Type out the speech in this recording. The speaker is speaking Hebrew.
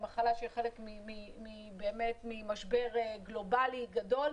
היא מחלה שהיא חלק ממשבר גלובאלי גדול.